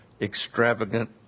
extravagant